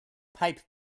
pipe